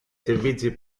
servizi